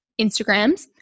Instagrams